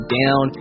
down